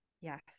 Yes